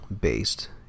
based